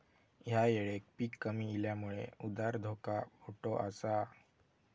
ह्या येळेक पीक कमी इल्यामुळे उधार धोका मोठो आसा